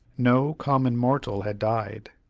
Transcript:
no common mortal had died.